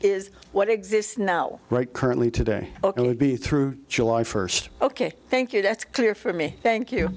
is what exists now right currently today ok we'll be through july first ok thank you that's clear for me thank you